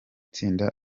tsinda